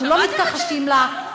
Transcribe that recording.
אנחנו לא מתכחשים לה,